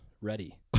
ready